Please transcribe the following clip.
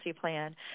plan